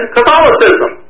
Catholicism